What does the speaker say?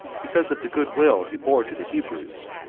because of the good-will he bore to the hebrews,